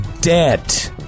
dead